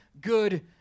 good